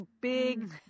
big